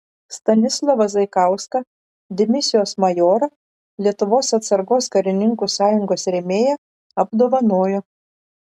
stanislovą zaikauską dimisijos majorą lietuvos atsargos karininkų sąjungos rėmėją apdovanojo